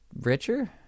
richer